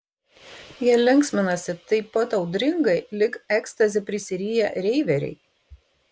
jie linksminasi taip pat audringai lyg ekstazi prisiriję reiveriai